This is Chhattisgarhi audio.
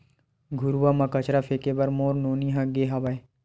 घुरूवा म कचरा फेंके बर मोर नोनी ह गे हावय